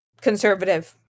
conservative